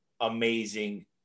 amazing